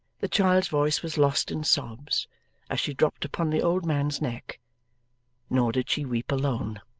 the child's voice was lost in sobs as she dropped upon the old man's neck nor did she weep alone.